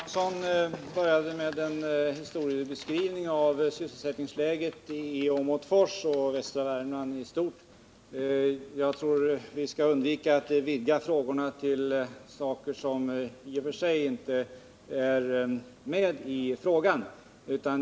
Herr talman! Sune Johansson inledde med att göra en historiebeskrivning när det gällde sysselsättningsläget i Åmotfors och i västra Värmland i stort. Jag tror att vi skall undvika att vidga debatten till problemställningar som inte ingår i de ursprungliga frågorna.